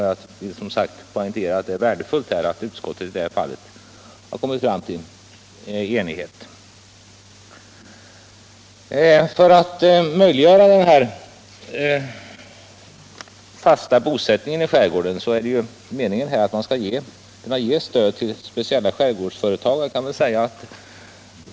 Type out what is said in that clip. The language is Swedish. Jag vill poängtera att det är värdefullt att utskottet 163 nått enighet i det här fallet. För att möjliggöra fast bosättning i skärgården är det meningen att man skall kunna ge stöd till speciella skärgårdsföretag.